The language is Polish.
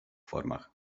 formach